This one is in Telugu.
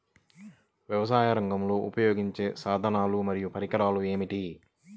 వ్యవసాయరంగంలో ఉపయోగించే సాధనాలు మరియు పరికరాలు ఏమిటీ?